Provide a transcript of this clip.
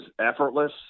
effortless